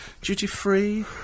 Duty-free